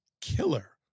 Killer